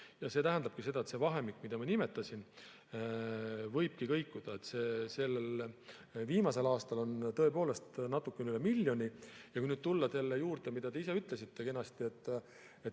See tähendabki seda, et see summa, mida ma nimetasin, võib kõikuda. Viimasel aastal on tõepoolest natuke üle miljoni. Ja kui nüüd tulla selle juurde, mida te ise kenasti ütlesite, et